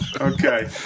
Okay